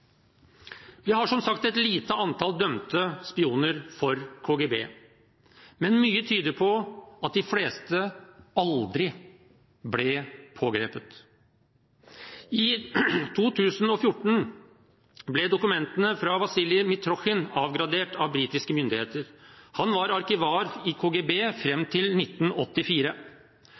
Vi har som sagt et lite antall dømte spioner for KGB, men mye tyder på at de fleste aldri ble pågrepet. I 2014 ble dokumentene fra Vasilij Mitrokhin avgradert av britiske myndigheter. Han var arkivar i KGB fram til 1984.